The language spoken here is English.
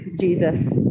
Jesus